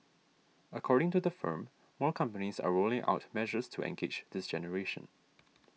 according to the firm more companies are rolling out measures to engage this generation